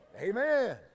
Amen